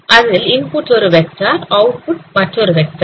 அதில் இன்புட் ஒரு vector output மற்றொரு வெக்டார்